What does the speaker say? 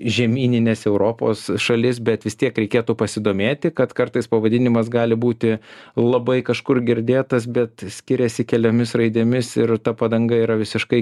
žemyninės europos šalis bet vis tiek reikėtų pasidomėti kad kartais pavadinimas gali būti labai kažkur girdėtas bet skiriasi keliomis raidėmis ir ta padanga yra visiškai